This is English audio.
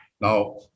Now